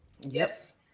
Yes